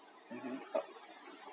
[uhum]